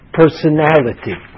personality